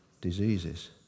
diseases